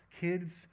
Kids